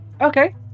Okay